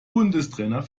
bundestrainer